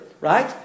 right